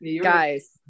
Guys